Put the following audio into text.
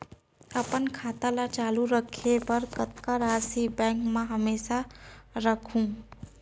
अपन खाता ल चालू रखे बर कतका राशि बैंक म हमेशा राखहूँ?